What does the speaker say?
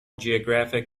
geographic